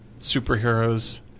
superheroes